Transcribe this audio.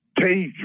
take